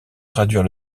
traduire